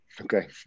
okay